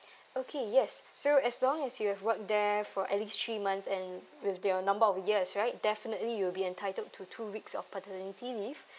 okay yes so as long as you have work there for at least three months and with your number of years right definitely you'll be entitled to two weeks of paternity leave